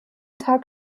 tag